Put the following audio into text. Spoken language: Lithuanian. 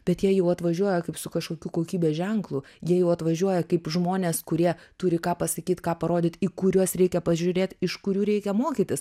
bet jie jau atvažiuoja kaip su kažkokiu kokybės ženklu jie jau atvažiuoja kaip žmonės kurie turi ką pasakyt ką parodyt į kuriuos reikia pažiūrėt iš kurių reikia mokytis